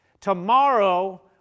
Tomorrow